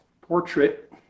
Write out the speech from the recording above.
portrait